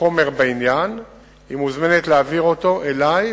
חומר בעניין היא מוזמנת להעביר אותו אלי,